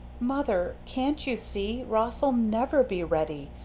mother! can't you see ross'll never be ready!